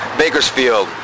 Bakersfield